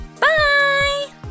Bye